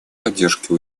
поддержке